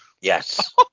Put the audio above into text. Yes